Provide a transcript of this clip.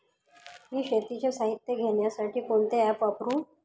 मी शेतीचे साहित्य घेण्यासाठी कोणते ॲप वापरु?